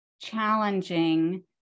challenging